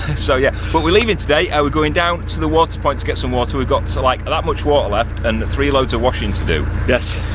so yeah but we're leaving today, we're going down to the water point to get some water. we've got so like that much water left and three loads of washing to do. yes.